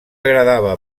agradava